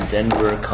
Denver